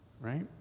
right